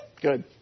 good